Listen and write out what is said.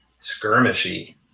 skirmishy